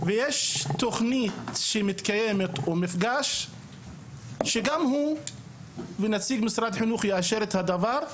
ויש תוכנית שמתקיימת או מפגש שגם הוא ונציג משרד החינוך יאשר את הדבר,